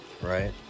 right